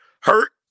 hurt